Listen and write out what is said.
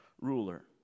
ruler